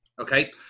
okay